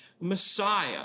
Messiah